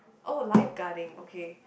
oh light guarding okay